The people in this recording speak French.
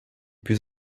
plus